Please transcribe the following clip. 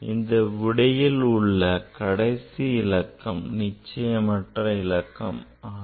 இந்த விடையில் உள்ள கடைசி இலக்கம் நிச்சயமற்ற இலக்கும் ஆகும்